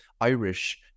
Irish